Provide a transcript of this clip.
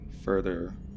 further